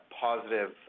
positive